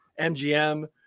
MGM